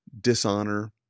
dishonor